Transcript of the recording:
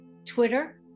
Twitter